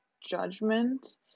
judgment